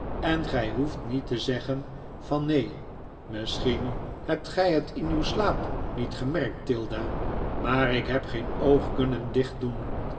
en gij hoeft niet te zeggen van neen misschien hebt gij het in uw slaap niet gemerkt tilda maar ik heb geen oog kunnen dichtdoen en